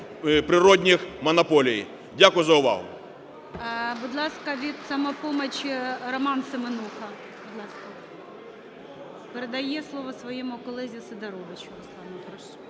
Дякую за увагу.